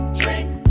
drink